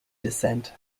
descent